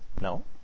No